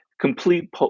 complete